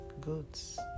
goods